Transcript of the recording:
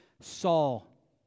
Saul